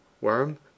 Worm